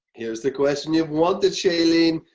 here's the question you wanted shailene!